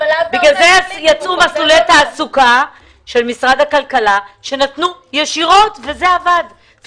בגלל זה יצאו מסלולי תעסוקה של משר הכלכלה שנתנו ישירות וזה עבד.